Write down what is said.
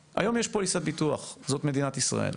היום, יש פוליסת ביטחון, וזו מדינת ישראל.